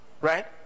Right